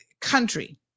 country